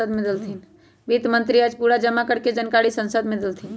वित्त मंत्री आज पूरा जमा कर के जानकारी संसद मे देलथिन